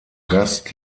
gast